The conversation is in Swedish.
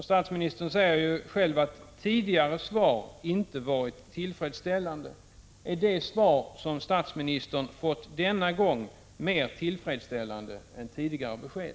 Statsministern säger ju själv att tidigare svar inte varit tillfredsställande. Är det svar som statsministern fått denna gång mer tillfredsställande än tidigare besked?